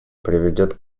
приведет